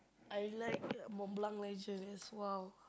I like Montblanc Legend as well